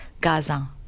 Gaza